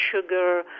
sugar